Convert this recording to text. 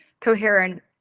coherent